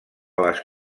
les